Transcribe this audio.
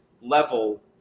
level